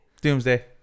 doomsday